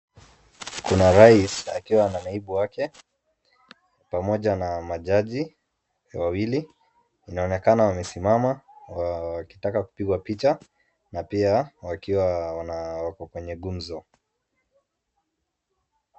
Kuna rais akiwa na naibu wake, pamoja na majaji wawili, inaonekana wamesimama, wakitaka kupigwa picha, na pia wakiwa wana, wako kwenye gumzo.